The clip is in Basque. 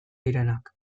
direnak